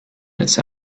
miss